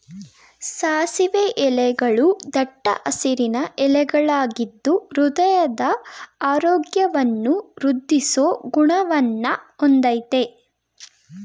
ಸಾಸಿವೆ ಎಲೆಗಳೂ ದಟ್ಟ ಹಸಿರಿನ ಎಲೆಗಳಾಗಿದ್ದು ಹೃದಯದ ಆರೋಗ್ಯವನ್ನು ವೃದ್ದಿಸೋ ಗುಣವನ್ನ ಹೊಂದಯ್ತೆ